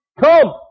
come